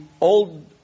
old